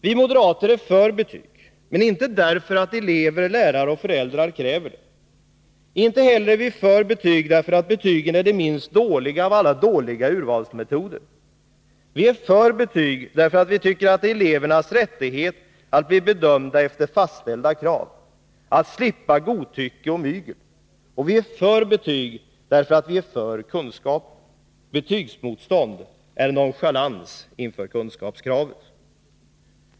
Vi moderater är för betyg, men inte därför att elever, lärare och föräldrar kräver det. Inte heller är vi för betyg därför att betygen är den minst dåliga av alla dåliga urvalsmetoder. Vi är för betyg därför att vi tycker att det är elevernas rättighet att bli bedömda efter fastställda krav, att slippa godtycke och mygel. Och vi är för betyg därför att vi är för kunskaper. Betygsmotstånd är nonchalans inför kunskapskravet.